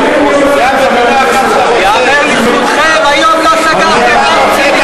ייאמר לזכותכם, היום לא סגרתם אף כלי תקשורת.